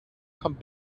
kommt